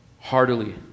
heartily